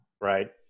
right